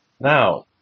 Now